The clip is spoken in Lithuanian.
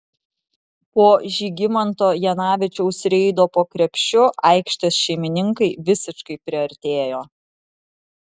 po žygimanto janavičiaus reido po krepšiu aikštės šeimininkai visiškai priartėjo